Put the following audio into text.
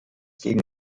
gegen